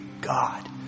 God